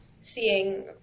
seeing